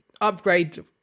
upgrade